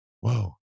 Whoa